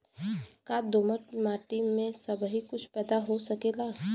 का दोमट माटी में सबही कुछ पैदा हो सकेला?